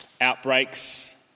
outbreaks